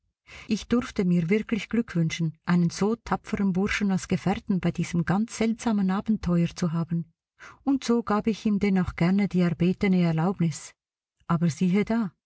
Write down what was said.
ich durfte mir wirklich glück wünschen einen so tapferen burschen als gefährten bei diesem ganz seltsamen abenteuer zu haben und so gab ich ihm denn auch gerne die erbetene erlaubnis aber siehe da